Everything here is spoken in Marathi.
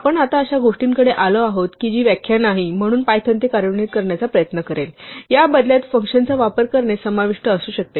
आपण आता अशा गोष्टींकडे आलो आहोत की जी व्याख्या नाही म्हणून पायथन ते कार्यान्वित करण्याचा प्रयत्न करेल या बदल्यात फंक्शनचा वापर करणे समाविष्ट असू शकते